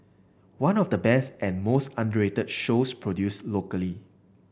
one of the best and most underrated shows produced locally